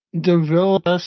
develop